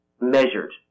measured